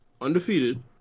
undefeated